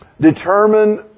Determine